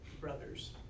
brothers